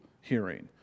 hearing